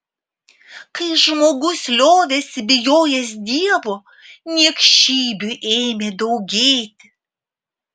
kai žmogus liovėsi bijojęs dievo niekšybių ėmė daugėti